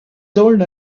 sold